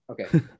Okay